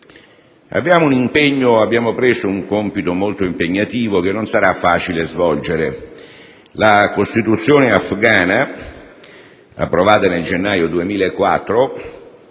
Abbiamo assunto un compito molto impegnativo, che non sarà facile svolgere. La Costituzione afghana, approvata nel gennaio 2004,